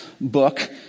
book